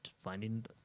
finding